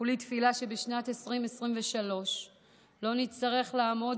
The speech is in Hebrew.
כולי תפילה שבשנת 2023 לא נצטרך לעמוד